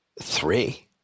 Three